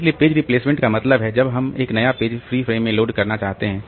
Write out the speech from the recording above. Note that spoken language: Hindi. इसलिए पेज रिप्लेसमेंट का मतलब है जब हम एक नया पेज फ्री फ्रेम में लोड करना चाहते हैं